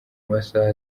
masaha